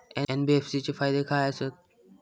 NBFC चे फायदे खाय आसत?